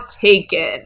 taken